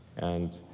and